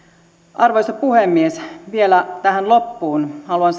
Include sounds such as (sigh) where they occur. arvoisa puhemies vielä tähän loppuun haluan (unintelligible)